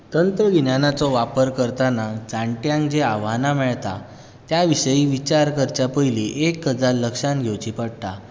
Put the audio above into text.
तंत्रगिन्यानाचो वापर करतना जाणट्यांक जीं आव्हानां मेळटात त्या विशीं विचार करच्या पयलीं एक गजाल लक्षांत घेवची पडटा